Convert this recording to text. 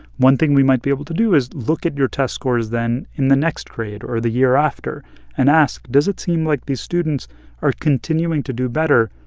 one thing we might be able to do is look at your test scores then in the next grade or the year after and ask, does it seem like these students are continuing to do better,